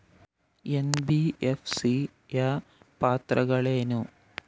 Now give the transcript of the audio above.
NBFC ಯ ಪಾತ್ರಗಳೇನು?